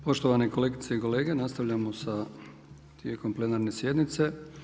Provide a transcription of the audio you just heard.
Poštovane kolegice i kolege, nastavljamo sa tijekom plenarne sjednice.